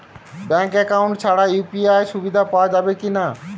Bank account ছাড়া UPI সুবিধা পাওয়া যাবে কি না?